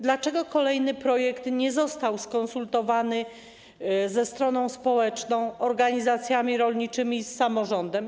Dlaczego kolejny projekt nie został skonsultowany ze stroną społeczną, organizacjami rolniczymi i z samorządem?